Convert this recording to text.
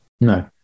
No